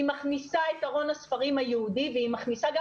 היא מכניסה את ארון הספרים היהודי והיא מכניסה גם